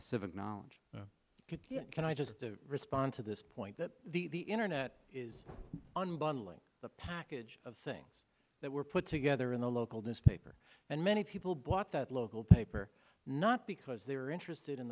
civic knowledge can i just respond to this point that the internet is unbundling the package of things that were put together in the local newspaper and many people bought that local paper not because they're interested in